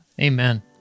Amen